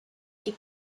die